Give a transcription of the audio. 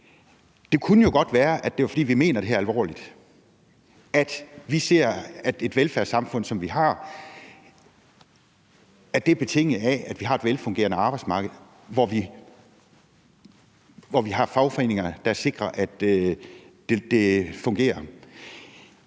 Det kunne jo godt være, at det var, fordi vi mener det her alvorligt – at vi ser, at et velfærdssamfund som det, vi har, er betinget af, at vi har et velfungerende arbejdsmarked, hvor vi har fagforeningerne, der sikrer, at det fungerer.